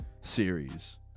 series